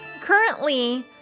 Currently